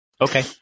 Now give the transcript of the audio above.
Okay